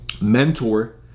mentor